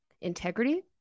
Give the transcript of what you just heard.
integrity